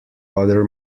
other